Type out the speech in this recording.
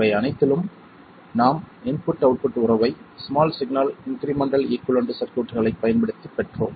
இவை அனைத்திலும் நாம் இன்புட் அவுட்புட் உறவை ஸ்மால் சிக்னல் இன்க்ரிமெண்டல் ஈகுவலன்ட் சர்க்யூட்களைப் பயன்படுத்தி பெற்றோம்